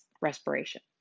respiration